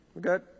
Good